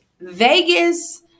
Vegas